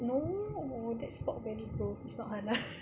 no that's pork belly though it's not halal